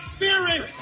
fearing